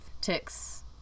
ticks